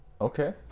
Okay